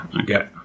Okay